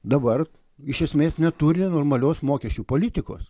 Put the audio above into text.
dabar iš esmės neturi normalios mokesčių politikos